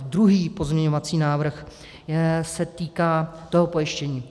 Druhý pozměňovací návrh se týká pojištění.